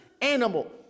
animal